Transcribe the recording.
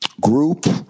group